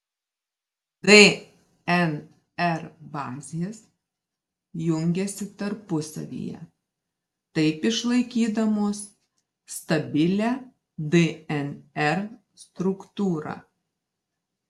dnr bazės jungiasi tarpusavyje taip išlaikydamos stabilią dnr struktūrą